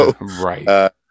right